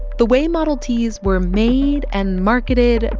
the way model ts were made and marketed,